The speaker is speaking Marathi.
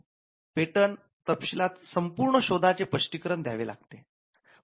पेटंट तपशिलात संपूर्ण शोधाचे स्पष्टीकरण द्यावे लागते